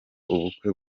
ubukwe